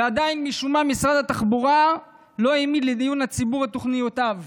ועדיין משום מה משרד התחבורה לא העמיד לעיון הציבור את תוכניותיו.